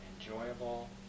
enjoyable